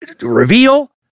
reveal